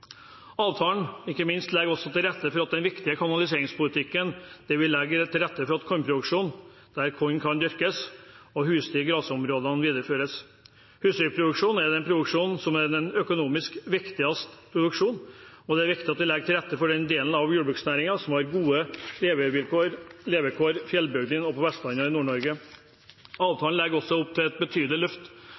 Avtalen legger – ikke minst – også til rette for at den viktige kanaliseringspolitikken der vi legger til rette for kornproduksjon der korn kan dyrkes, og husdyr- og gressområdene, videreføres. Husdyrproduksjon er den økonomisk viktigste produksjonen, og det er viktig at vi legger til rette for den delen av jordbruksnæringen som har gode levekår i fjellbygdene, på Vestlandet og i Nord-Norge. Avtalen legger også opp til et betydelig løft